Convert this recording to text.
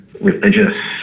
religious